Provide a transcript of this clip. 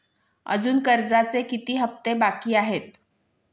अजुन कर्जाचे किती हप्ते बाकी आहेत?